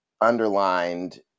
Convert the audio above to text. underlined